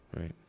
right